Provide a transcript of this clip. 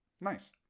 Nice